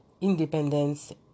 independence